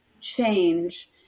change